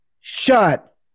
Shut